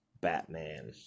Batman